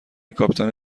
کاپیتان